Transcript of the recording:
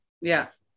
Yes